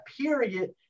period